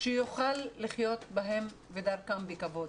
שיוכל לחיות בהם ודרכם בכבוד.